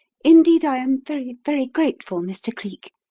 indeed, i am very, very grateful, mr. cleek.